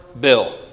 bill